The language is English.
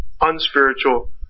unspiritual